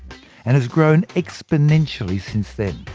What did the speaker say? and has grown exponentially since then.